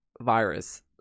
virus